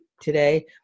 today